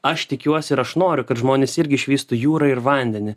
aš tikiuosi ir aš noriu kad žmonės irgi išvystų jūrą ir vandenį